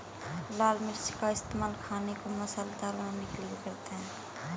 लाल मिर्च का इस्तेमाल खाने को मसालेदार बनाने के लिए करते हैं